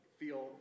feel